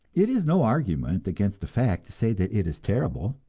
it is no argument against a fact to say that it is terrible.